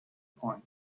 point